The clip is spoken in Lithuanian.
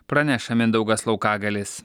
praneša mindaugas laukagalis